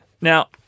Now